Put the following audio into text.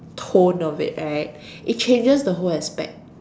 tone of it right it changes the whole aspect